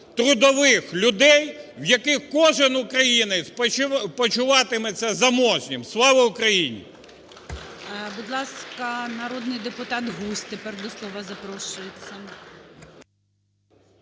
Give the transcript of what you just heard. трудових людей, в яких кожен українець почуватиметься заможнім. Слава Україні!